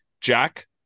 Jack